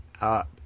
up